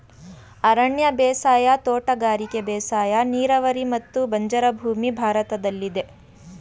ಅರಣ್ಯ ಬೇಸಾಯ, ತೋಟಗಾರಿಕೆ ಬೇಸಾಯ, ನೀರಾವರಿ ಮತ್ತು ಬಂಜರು ಭೂಮಿ ಭಾರತದಲ್ಲಿದೆ